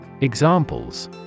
Examples